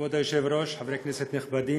כבוד היושב-ראש, חברי כנסת נכבדים,